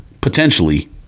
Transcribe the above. potentially